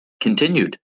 continued